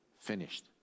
finished